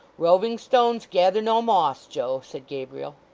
roving stones gather no moss, joe said gabriel.